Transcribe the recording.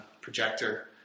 projector